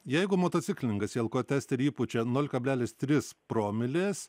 jeigu motociklininkas į alkotesterį įpučia nul kablelis tris promilės